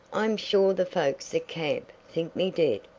i am sure the folks at camp think me dead.